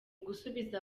gusubiza